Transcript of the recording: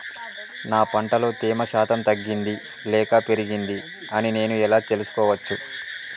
నా పంట లో తేమ శాతం తగ్గింది లేక పెరిగింది అని నేను ఎలా తెలుసుకోవచ్చు?